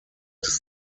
des